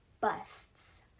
busts